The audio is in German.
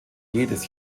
jedes